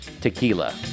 tequila